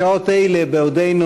בשעות האלה, בעודנו